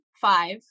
five